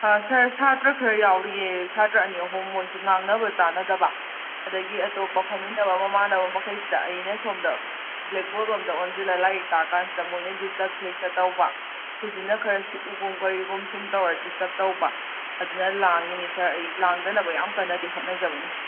ꯁꯥꯔ ꯁꯥꯠꯇ꯭ꯔ ꯈꯔ ꯌꯥꯎꯔꯤꯌꯦ ꯁꯥꯠꯇ꯭ꯔ ꯑꯅꯤ ꯑꯍꯨꯝ ꯃꯣꯏꯁꯦ ꯉꯥꯡꯅꯕ ꯇꯥꯅꯗꯕ ꯑꯗꯒꯤ ꯑꯇꯣꯞꯄ ꯐꯝꯃꯤꯟꯅꯕ ꯃꯃꯥꯟꯅꯕ ꯃꯈꯩꯁꯤꯗ ꯑꯩꯅ ꯁꯣꯝꯗ ꯕ꯭ꯂꯦꯛ ꯕꯣꯔꯗꯂꯣꯝꯗ ꯑꯣꯟꯁꯤꯜꯂ ꯂꯥꯏꯔꯤꯛ ꯇꯥꯛꯀꯥꯟꯁꯤꯗ ꯃꯣꯏꯅ ꯗꯤꯁꯇꯔꯕꯁꯦ ꯍꯦꯛꯇ ꯇꯧꯕ ꯈꯨꯖꯤꯟꯅ ꯈꯔ ꯁꯤꯛꯎꯒꯨꯝ ꯀꯔꯤꯒꯨꯝ ꯁꯨꯝ ꯇꯧꯔ ꯗꯤꯁꯇꯔꯕ ꯇꯧꯕ ꯑꯗꯨꯅ ꯂꯥꯡꯉꯤꯅꯤ ꯁꯥꯔ ꯑꯩ ꯂꯥꯡꯗꯅꯕ ꯌꯥꯝ ꯀꯟꯅꯗꯤ ꯍꯣꯠꯅꯖꯕꯅꯤ